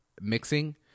mixing